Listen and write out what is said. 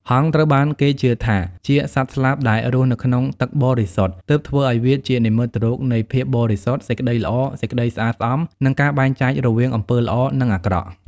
ហង្សត្រូវបានគេជឿថាជាសត្វស្លាបដែលរស់នៅក្នុងទឹកបរិសុទ្ធ ទើបធ្វើឲ្យវាជានិមិត្តរូបនៃ ភាពបរិសុទ្ធ សេចក្តីល្អ សេចក្តីស្អាតស្អំ និង ការបែងចែករវាងអំពើល្អ និងអាក្រក់។